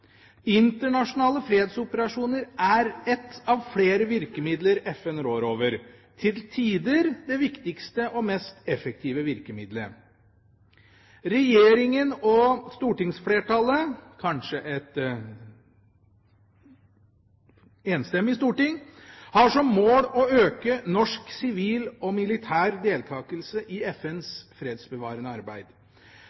Internasjonale fredsoperasjoner er ett av flere virkemidler FN rår over – til tider det viktigste og mest effektive virkemidlet. Regjeringa og stortingsflertallet – kanskje et enstemmig storting – har som mål å øke norsk sivil og militær deltakelse i FNs